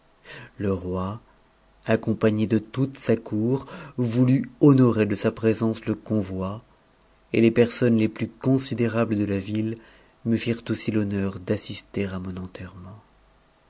le roi accompagné de toute sa cour voulut honorer de sa présence le convoi et les permunes es plus considérables de la ville me firent aussi l'honneur d'assister a mon enterrement